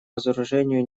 разоружению